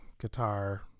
guitar